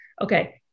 Okay